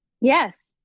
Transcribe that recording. Yes